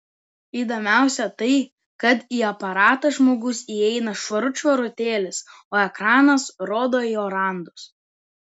įdomiausia tai kad į aparatą žmogus įeina švarut švarutėlis o ekranas rodo jo randus